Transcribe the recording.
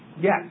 Yes